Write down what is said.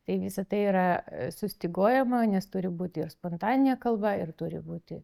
tai visa tai yra sustyguojama nes turi būti ir spontaninė kalba ir turi būti